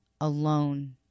alone